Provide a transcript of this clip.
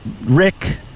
Rick